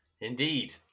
indeed